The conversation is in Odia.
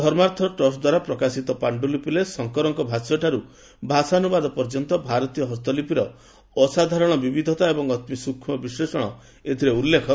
ଧର୍ମାର୍ଥ ଟ୍ରଷ୍ଟ ଦ୍ୱାରା ପ୍ରକାଶିତ ପାଣ୍ଟୁଲିପିରେ ଶଙ୍କର ଭାସ୍ୟଠାରୁ ଭାଷାନୁବାଦ ପର୍ଯ୍ୟନ୍ତ ଭାରତୀୟ ହସ୍ତଲିପିର ଅସାଧାରଣର ବିବିଧତା ଏବଂ ଅତି ସୁକ୍ଷ୍ମ ବିଶ୍ଳେଷଣ ଉଲ୍ଲେଖ କରାଯାଇଛି